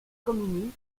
communisme